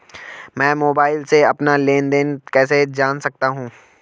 मैं मोबाइल से अपना लेन लेन देन कैसे जान सकता हूँ?